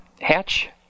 hatch